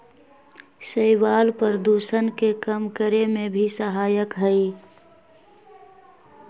शैवाल प्रदूषण के कम करे में भी सहायक हई